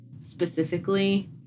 specifically